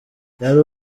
yari